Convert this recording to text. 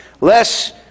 less